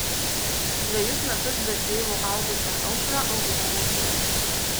dvejus metus be tėvo augusią aušrą augino močiutė